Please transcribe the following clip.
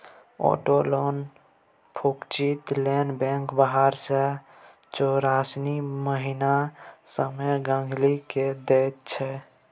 auto loan चुकती लेल bank बारह सँ चौरासी महीनाक समय गांहिकी केँ दैत छै